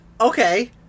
Okay